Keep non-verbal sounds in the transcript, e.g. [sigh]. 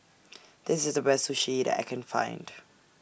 [noise] This IS The Best Sushi that I Can Find